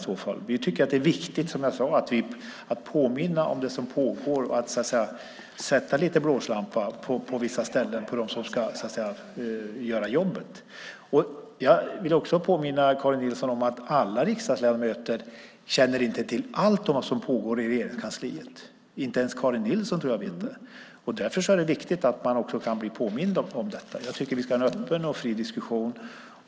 Som jag sade tycker vi att det är viktigt att påminna om det som pågår och att sätta blåslampa på vissa ställen på dem som ska göra jobbet. Jag vill också påminna Karin Nilsson om att alla riksdagsledamöter inte känner till allt om vad som pågår. Jag tror inte ens att Karin Nilsson vet det. Därför är det viktigt att man kan bli påmind om detta. Jag tycker att vi ska ha en öppen och fri diskussion.